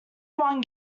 one